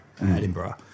Edinburgh